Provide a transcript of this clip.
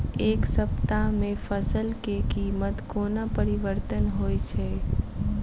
एक सप्ताह मे फसल केँ कीमत कोना परिवर्तन होइ छै?